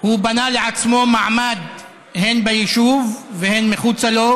הוא בנה לעצמו מעמד הן ביישוב והן מחוצה לו,